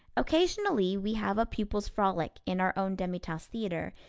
occasionally we have a pupils' frolic in our own demi-tasse theatre,